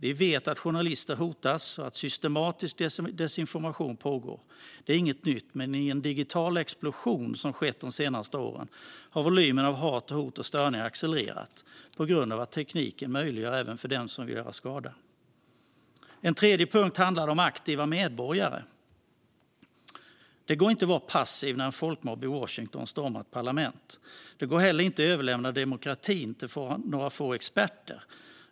Vi vet att journalister hotas och att systematisk desinformation pågår. Det är inget nytt, men i den digitala explosion som har skett de senaste åren har volymen av hat, hot och störningar accelererat på grund av att tekniken möjliggör även för den som vill göra skada. En tredje tanke handlade om aktiva medborgare. Det går inte att vara passiv när en folkmobb i Washington stormar ett parlament. Det går heller inte att överlämna demokratin till några få experter.